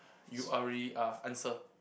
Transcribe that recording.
you are ready ah answer